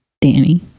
danny